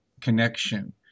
connection